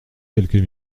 quelques